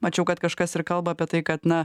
mačiau kad kažkas ir kalba apie tai kad na